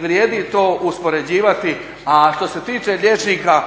vrijedi uspoređivati. A što se tiče liječnika